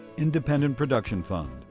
independent production fund,